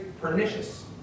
pernicious